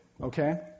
okay